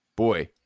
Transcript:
boy